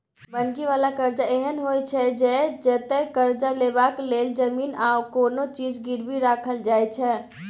बन्हकी बला करजा एहन होइ छै जतय करजा लेबाक लेल घर, जमीन आ कोनो चीज गिरबी राखल जाइ छै